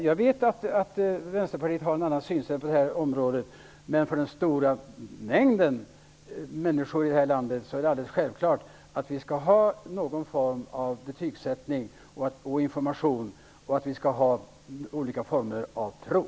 Jag vet att Vänsterpartiet har ett annat synsätt på detta område, men för den stora mängden människor i landet är det alldeles självklart att vi skall ha någon form av betygsättning och prov samt få tillgång till information.